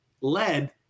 led